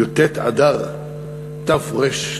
י"ט באדר תרל"ט,